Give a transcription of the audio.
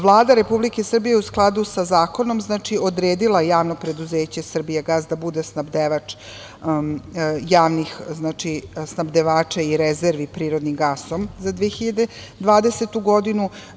Vlada Republike Srbije je u skladu sa zakonom odredila javno preduzeće „Srbijagas“, da bude snabdevač gasom i rezervi prirodnim gasom za 2020. godinu.